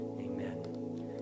Amen